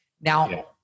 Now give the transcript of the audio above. Now